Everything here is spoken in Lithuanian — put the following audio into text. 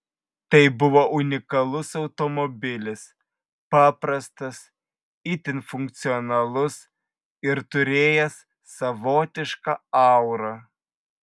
tai buvo unikalus automobilis paprastas itin funkcionalus ir turėjęs savotišką aurą